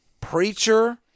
preacher